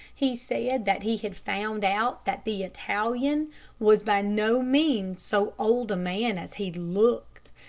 he said that he had found out that the italian was by no means so old a man as he looked,